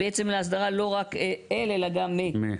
בעצם להסדרה לא רק "אל" אלא גם "מ..".